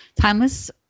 Timeless